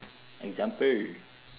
example